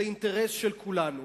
זה אינטרס של כולנו.